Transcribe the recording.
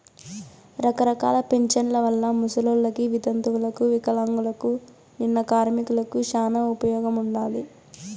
రకరకాల పింఛన్ల వల్ల ముసలోళ్ళకి, వితంతువులకు వికలాంగులకు, నిన్న కార్మికులకి శానా ఉపయోగముండాది